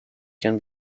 can